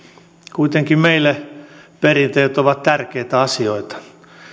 kuitenkin meille perinteet ovat tärkeitä asioita